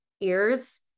ears